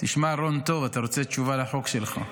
תשמע טוב, רון, אתה רוצה תשובה לחוק שלך.